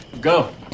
Go